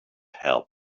help